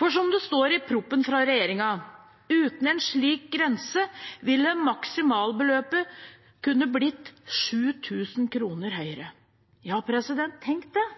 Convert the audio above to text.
For som det står i proposisjonen fra regjeringen: «Uten en slik grense ville det maksimale beløpet kunne bli om lag 33 000 kr Ja, tenk det.